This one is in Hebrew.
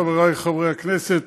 חבריי חברי הכנסת,